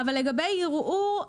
לגבי ערעור,